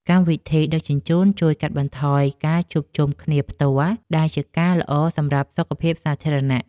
កម្មវិធីដឹកជញ្ជូនជួយកាត់បន្ថយការជួបជុំគ្នាផ្ទាល់ ដែលជាការល្អសម្រាប់សុខភាពសាធារណៈ។